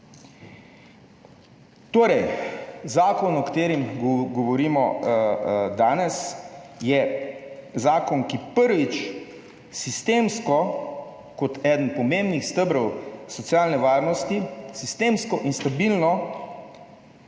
Torej, zakon o katerem govorimo danes, je zakon ki prvič, sistemsko kot eden pomembnih stebrov socialne varnosti, sistemsko in stabilno